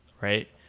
right